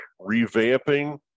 revamping